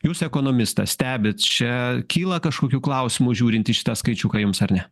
jūs ekonomistas stebit čia kyla kažkokių klausimų žiūrint į šitą skaičiuką jums ar ne